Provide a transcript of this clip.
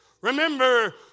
Remember